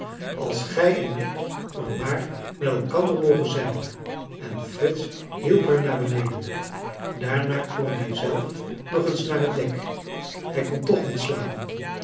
als gij en ik er maar met elkander mogen zijn en frits hielp haar naar beneden daarna klom hij zelf nog eens naar het dek hij kon toch niet slapen